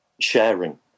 sharing